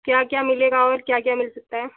क्या क्या मिलेगा और क्या क्या मिल सकता है